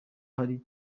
hari